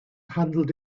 handled